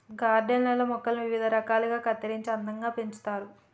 garden లల్లో మొక్కలను వివిధ రకాలుగా కత్తిరించి అందంగా పెంచుతారు